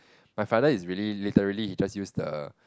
my father is really literally he just use the